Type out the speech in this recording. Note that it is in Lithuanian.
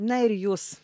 na ir jūs